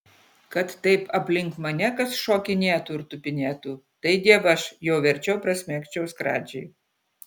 kad taip aplink mane kas šokinėtų ir tupinėtų tai dievaž jau verčiau prasmegčiau skradžiai